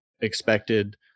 expected